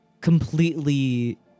completely